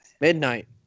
Midnight